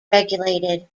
regulated